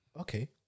okay